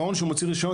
מעון שמוציא רישיון,